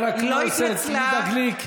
תשאלי את יעל.